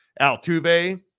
Altuve